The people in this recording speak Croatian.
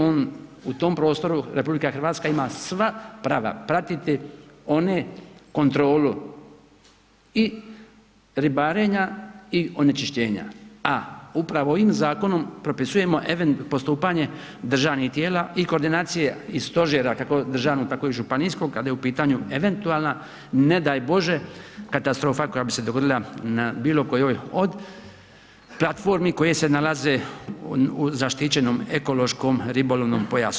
On u tom prostoru Republika Hrvatska ima sva prava pratiti onu kontrolu i ribarenja i onečišćenja, a upravo ovim zakonom propisujemo postupanje državnih tijela i koordinacije i stožera kako državnog tako i županijskog kada je u pitanju eventualna ne daj Bože katastrofa koja bi se dogodila na bilo kojoj od platformi koje se nalaze u zaštićenom ekološko-ribolovnoj pojasu.